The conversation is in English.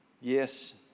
Yes